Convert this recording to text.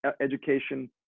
education